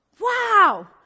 Wow